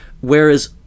Whereas